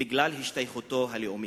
בגלל השתייכותו הלאומית.